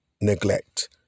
neglect